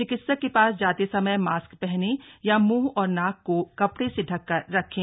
चिकित्सक के पास जाते समय मास्क पहने या मुंह और नाक को कपड़े से ढककर रखें